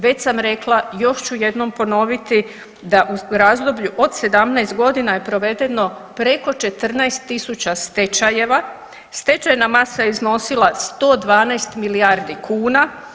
Već sam rekla, još ću jednom ponoviti da u razdoblju od 17 godina je provedeno preko 14.000 stečajeva, stečajna masa je iznosila 112 milijardi kuna.